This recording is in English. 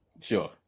Sure